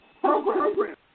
Program